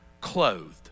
clothed